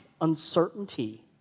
uncertainty